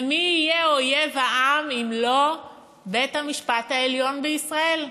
ומי יהיה אויב העם אם לא בית-המשפט העליון בישראל?